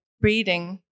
breathing